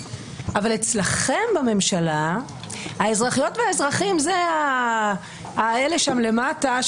אבל אצלכם בממשלה האזרחיות והאזרחים זה האלה שם למטה,